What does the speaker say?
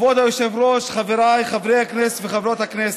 כבוד היושב-ראש, חבריי חברי הכנסת וחברות הכנסת,